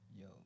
Yo